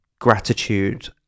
gratitude